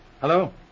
Hello